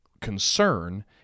concern